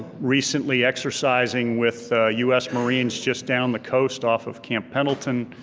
recently exercising with us marines just down the coast off of camp pendleton.